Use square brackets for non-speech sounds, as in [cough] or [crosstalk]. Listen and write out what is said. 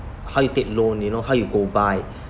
how you take loan you know how you go by [breath]